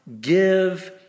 give